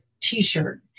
T-shirt